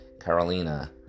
Carolina